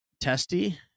testy